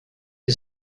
you